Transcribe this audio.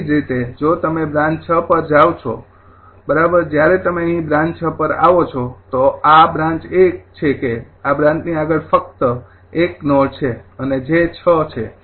તેવી જ રીતે જો તમે બ્રાન્ચ ૬ પર જાવ છો બરાબર જ્યારે તમે અહીં બ્રાન્ચ ૬ પર આવો છો તો આ બ્રાન્ચ છે કે આ બ્રાન્ચની આગળ ફક્ત ૧ નોડ છે જે ૬ છે